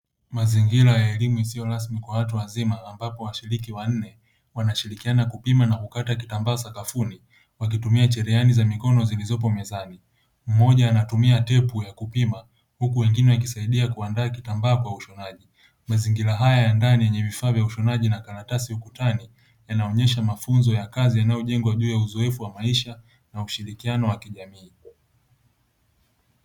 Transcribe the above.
Mazingira ya elimu isiyo rasmi kwa watu wazima, ambapo washiriki wanne wanashirikiana kupima na kukataa kitambaa sakafuni wakitumia cherehani za mikono zilizopo mezani. Mmoja anatumia tepu ya kupima, huku wengine wakisaidia kuandaa kitambaa kwa ushonaji. Mazingira haya ya ndani yenye vifaa vya ushonaji na karatasi ukutani, yanaonyesha mafunzo ya kazi yanayojengwa juu ya uzoefu wa maisha, na ushirikiano wa kijamii.